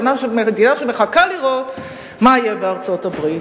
מדינה שמחכה לראות מה יהיה בארצות-הברית.